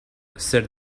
said